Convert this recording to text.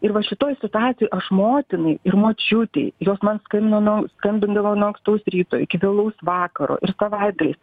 ir va šitoj situacijoj aš motinai ir močiutei jos man skambino skambindavo nuo ankstaus ryto iki vėlaus vakaro ir savaitgaliais